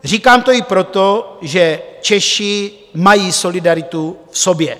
Říkám to i proto, že Češi mají solidaritu v sobě.